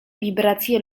wibracje